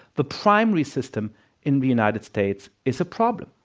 the primary system in the united states is a problem.